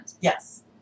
Yes